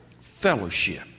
Fellowship